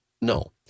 no